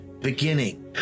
beginning